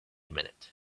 minute